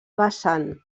vessant